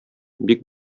бик